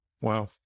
Wow